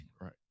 right